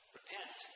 Repent